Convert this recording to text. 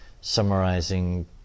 summarizing